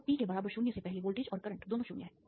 तो t के बराबर 0 से पहले वोल्टेज और करंट दोनों 0 हैं